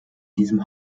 diesem